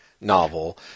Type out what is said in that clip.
novel